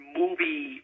movie